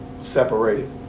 separated